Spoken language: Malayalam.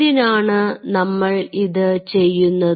എന്തിനാണ് നമ്മൾ ഇത് ചെയ്യുന്നത്